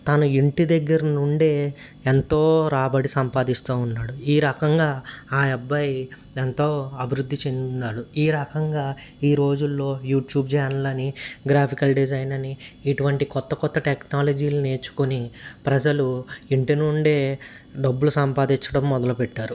తను ఇంటి దగ్గర నుండే ఎంతో రాబడి సంపాదిస్తూ ఉన్నాడు ఈ రకంగా ఆ అబ్బాయి ఎంతో అభివృద్ధి చెంది ఉన్నాడు ఈ రకంగా ఈ రోజుల్లో యూట్యూబ్ ఛానల్ అని గ్రాఫికల్ డిజైన్ అని ఇటువంటి కొత్త కొత్త టెక్నాలజీలు నేర్చుకుని ప్రజలు ఇంటి నుండే డబ్బులు సంపాదించడం మొదలుపెట్టారు